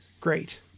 Great